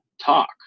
talk